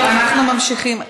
אנחנו ממשיכים.